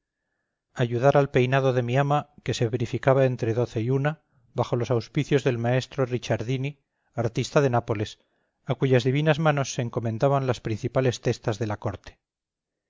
ayudar al peinado de mi ama que se verificaba entre doce y una bajo los auspicios del maestro richiardini artista de nápoles a cuyas divinas manos se encomendaban las principales testas de la corte